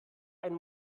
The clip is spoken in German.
ein